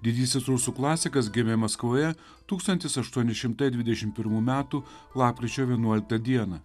didysis rusų klasikas gimė maskvoje tūktsantis aštuoni šimtai dvidešim pirmų metų lapkričio vienuoliktą dieną